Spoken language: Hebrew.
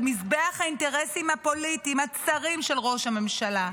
על מזבח האינטרסים הפוליטיים הצרים של ראש הממשלה.